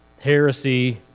heresy